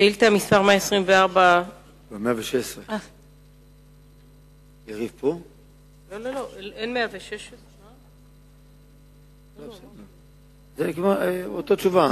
שאילתא מס' 124, 116. אין 116. זאת אותה תשובה.